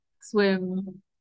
swim